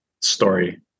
story